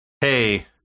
Hey